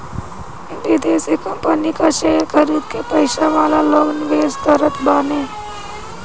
विदेशी कंपनी कअ शेयर खरीद के पईसा वाला लोग निवेश करत बाने